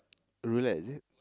roulette is it